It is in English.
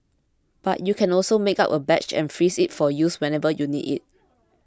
but you can also make up a batch and freeze it for use whenever you need it